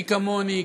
מי כמוני,